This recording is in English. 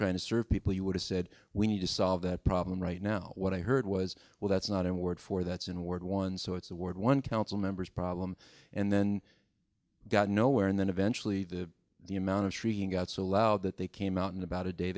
trying to serve people you would have said we need to solve that problem right now what i heard was well that's not in word for that's in word one so it's the word one council members problem and then got nowhere and then eventually the the amount of shrieking got so loud that they came out in about a day